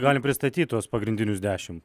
galim pristatyt tuos pagrindinius dešim